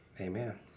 amen